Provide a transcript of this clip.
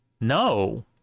No